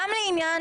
לא,